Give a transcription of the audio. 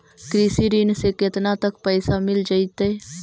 कृषि ऋण से केतना तक पैसा मिल जइतै?